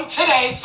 today